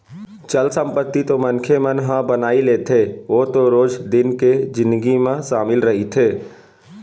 चल संपत्ति तो मनखे मन ह बनाई लेथे ओ तो रोज दिन के जिनगी म सामिल रहिथे